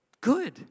Good